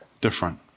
different